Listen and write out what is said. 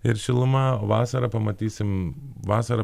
ir šiluma vasarą pamatysim vasarą